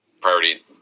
Priority